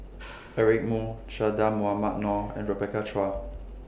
Eric Moo Che Dah Mohamed Noor and Rebecca Chua